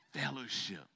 fellowship